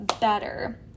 better